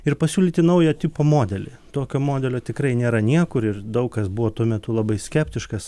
ir pasiūlyti naujo tipo modelį tokio modelio tikrai nėra niekur ir daug kas buvo tuo metu labai skeptiškas